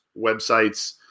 websites